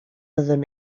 fyddwn